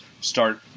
start